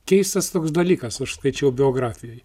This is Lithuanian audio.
keistas toks dalykas aš skaičiau biografijoj